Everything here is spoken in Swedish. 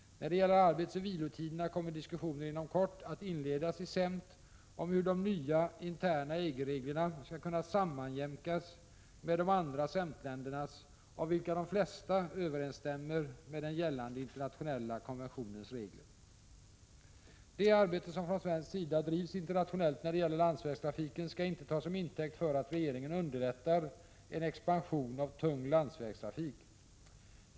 När det gäller arbetsoch vilotiderna kommer diskussioner inom kort att inledas i CEMT om hur de nya interna EG-reglerna skall kunna sammanjämkas med de andra CEMT-ländernas, av vilka de flesta överensstämmer med den gällande internationella konventionens regler. Det arbete som från svensk sida drivs internationellt när det gäller landsvägstrafiken skall inte tas som intäkt för att regeringen underlättar en expansion av tung landsvägstrafik.